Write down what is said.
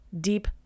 deep